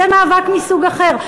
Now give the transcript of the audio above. זה מאבק מסוג אחר.